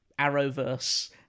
Arrowverse